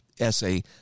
essay